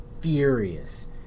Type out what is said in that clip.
furious